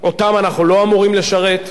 אותם אנחנו לא אמורים לשרת?